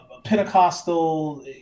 Pentecostal